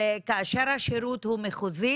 וכאשר השירות הוא מחוזי